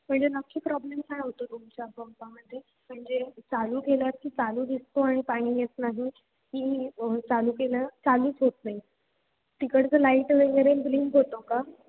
म्हणजे नक्की प्रॉब्लेम काय होतो तुमच्या पंपामध्ये म्हणजे चालू केलात की चालू दिसतो आणि पाणी येत नाही की चालू केलं चालूच होत नाही तिकडचं लाईट वगैरे ब्लिंक होतो का